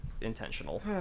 intentional